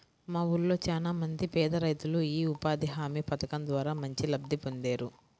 మా ఊళ్ళో చానా మంది పేదరైతులు యీ ఉపాధి హామీ పథకం ద్వారా మంచి లబ్ధి పొందేరు